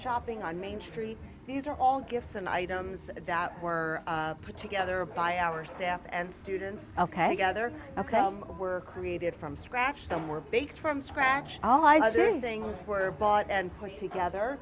shopping on main street these are all gifts and items that were put together by our staff and students ok i gather ok we're created from scratch them we're baked from scratch all eyes are things were bought and put together